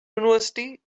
university